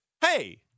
hey